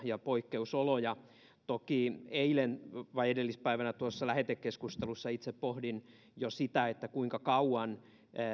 ja poikkeusoloja toki eilen vai edellispäivänä tuossa lähetekeskustelussa itse pohdin jo sitä että kuinka kauan